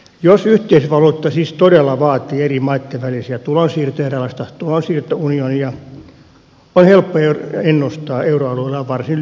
jos yhteisvaluutta siis todella vaatii eri maitten välisiä tulonsiirtoja eräänlaista tulonsiirtounionia on helppo ennustaa euroalueelle varsin lyhyttä ikää